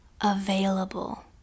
available